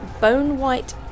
bone-white